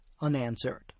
unanswered